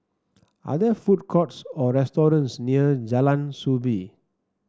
are there food courts or restaurants near Jalan Soo Bee